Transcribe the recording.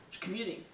commuting